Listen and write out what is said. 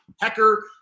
Hecker